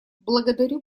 благодарю